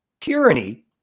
tyranny